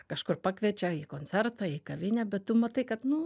kažkur pakviečia į koncertą į kavinę bet tu matai kad nu